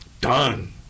Done